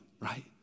right